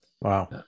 Wow